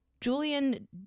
Julian